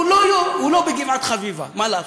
הוא לא בגבעת-חביבה, מה לעשות,